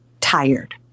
tired